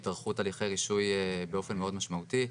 התארכות הליכי רישוי באופן מאוד משמעותי.